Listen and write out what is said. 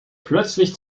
plötzlich